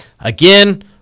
again